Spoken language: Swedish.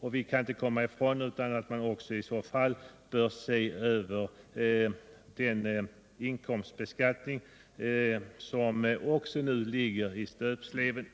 Och vi bör i så fall även se över vissa delar av inkomstbeskattningen för att begränsa intresset att placera